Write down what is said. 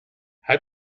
how